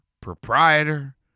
proprietor